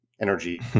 energy